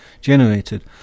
generated